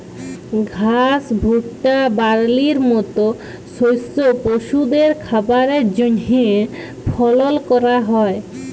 ঘাস, ভুট্টা, বার্লির মত শস্য পশুদের খাবারের জন্হে ফলল ক্যরা হ্যয়